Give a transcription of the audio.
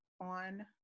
on